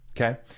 Okay